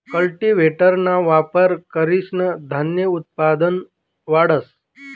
कल्टीव्हेटरना वापर करीसन धान्य उत्पादन वाढस